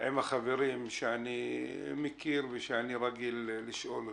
עם החברים שאני מכיר ושאני רגיל לשאול אותם.